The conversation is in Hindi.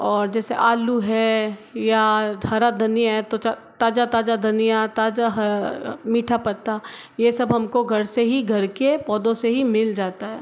और जैसे आलू है या हरा धनिया है तो ताज़ा ताज़ा धनिया ताज़ा मीठा पत्ता ये सब हमको घर से ही घर के पौधों से ही मिल जाता